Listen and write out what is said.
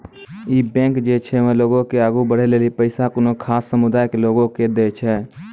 इ बैंक जे छै वें लोगो के आगु बढ़ै लेली पैसा कोनो खास समुदाय के लोगो के दै छै